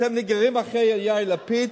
אתם נגררים אחרי יאיר לפיד,